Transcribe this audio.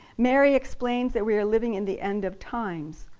mary explains that we are living in the end of times,